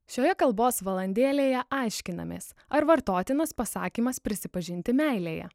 šioje kalbos valandėlėje aiškinamės ar vartotinos pasakymas prisipažinti meilėje